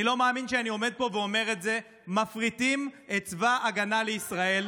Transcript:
אני לא מאמין שאני עומד פה ואומר זה: מפריטים את צבא ההגנה לישראל,